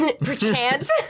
Perchance